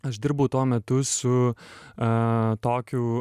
aš dirbau tuo metu su a tokiu